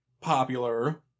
popular